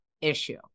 issue